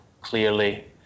clearly